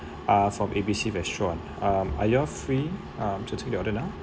uh from A B C restaurant um are you all free to take the order now